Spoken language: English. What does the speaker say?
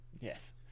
Yes